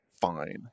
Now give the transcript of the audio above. fine